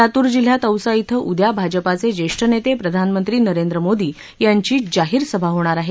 लातूर जिल्ह्यात औसा इथं उद्या भाजपचे ज्येष्ठ नेते प्रधानमंत्री नरेंद्र मोदी यांची जाहीर सभा होणार आहे